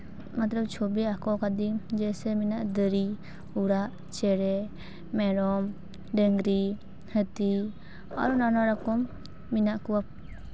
ᱢᱚᱛᱞᱚᱵ ᱪᱷᱚᱵᱤ ᱟᱸᱠᱟᱣ ᱠᱟᱹᱫᱟᱹᱧ ᱡᱮᱭᱥᱮ ᱢᱮᱱᱟᱜ ᱫᱟᱨᱮ ᱚᱲᱟᱜ ᱪᱮᱬᱮ ᱢᱮᱨᱚᱢ ᱰᱟᱹᱝᱨᱤ ᱦᱟᱹᱛᱤ ᱟᱨ ᱱᱟᱱᱟ ᱨᱚᱠᱚᱢ ᱢᱮᱱᱟᱜ ᱠᱚᱣᱟ